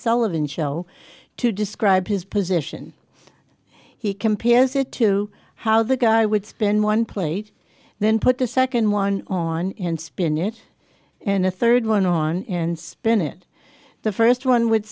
sullivan show to describe his position he compares it to how the guy would spin one plate then put the second one on and spin it and the third one on and spin it the first one would